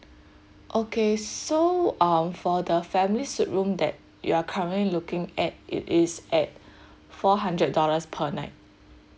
okay so uh for the family suite room that you are currently looking at it is at four hundred dollars per night